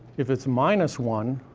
if it's minus one,